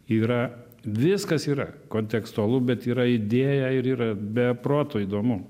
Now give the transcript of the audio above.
yra viskas yra kontekstualu bet yra idėja ir yra be proto įdomu